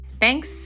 Thanks